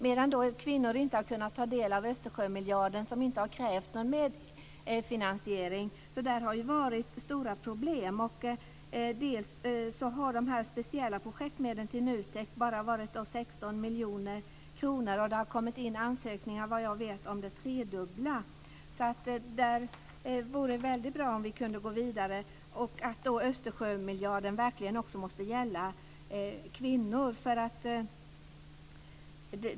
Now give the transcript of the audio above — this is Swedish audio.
Men de kvinnor som inte krävt medfinansiering har inte kunnat ta del av Östersjömiljarden. Där har det varit stora problem. De speciella projektmedlen till NUTEK har ju bara varit 16 miljoner kronor men såvitt jag vet har det kommit in ansökningar om det tredubbla. Det vore väldigt bra om vi kunde gå vidare där. Östersjömiljarden måste alltså verkligen gälla också kvinnor.